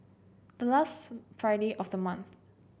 the last Friday of the month